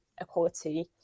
equality